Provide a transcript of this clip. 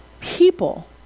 people